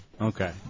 Okay